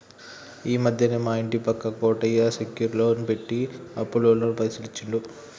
ఈ మధ్యనే మా ఇంటి పక్క కోటయ్య సెక్యూర్ లోన్ పెట్టి అప్పులోళ్లకు పైసలు ఇచ్చిండు